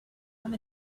have